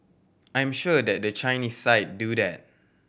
I'm sure that the Chinese side do that